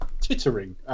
tittering